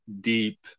deep